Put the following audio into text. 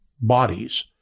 bodies